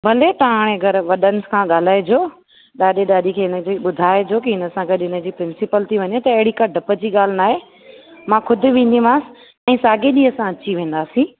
भले तव्हां हाणे घर वॾनि खां ॻाल्हाइजो ॾाॾे ॾाॾी खे हिनजे ॿुधाइजो की हिनसां गॾु हुनजी प्रिसिंपल थी वञे त अहिड़ी का ॾप जी ॻाल्हि न आहे मां खुदि वेंदीमास ऐं साॻे ॾींहुं असां अची वेंदासीं